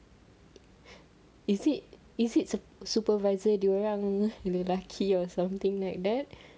is it is it supervisor dia orang lelaki or something like that